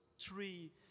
three